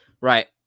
Right